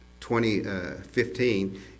2015